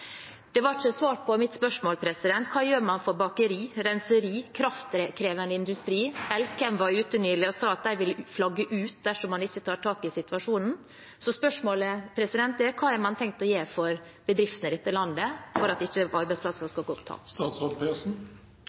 Det ble ikke svart på spørsmålet mitt. Hva gjør man for bakerier, renserier – kraftkrevende industri? Elkem var nylig ute og sa at de vil flagge ut dersom man ikke tar tak i situasjonen. Spørsmålet er: Hva har man tenkt å gjøre for bedriftene i dette landet for at arbeidsplasser ikke skal gå tapt?